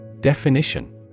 Definition